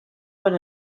con